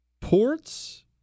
Ports